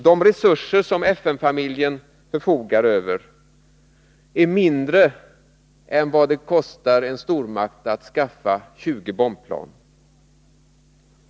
De resurser som hela FN-familjen förfogar över är mindre än vad det kostar en stormakt att skaffa 20 bombplan.